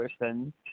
person